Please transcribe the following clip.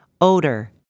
Odor